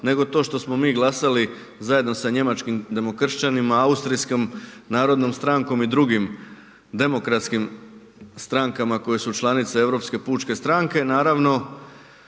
nego to što smo mi glasali zajedno sa njemačkim demokršćanima, austrijskom narodnom strankom i drugim demokratskim strankama koje su članice Europske pučke stranke, naravno